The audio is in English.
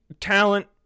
talent